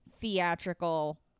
theatrical